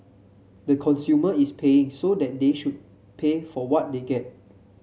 the consumer is paying so that they should pay for what they get